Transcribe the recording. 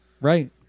Right